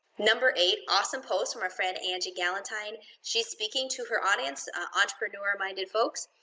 number eight, awesome post from our friend angie galentine. she's speaking to her audience, entrepreneur minded folks,